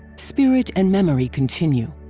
spirit and memory continue.